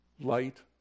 light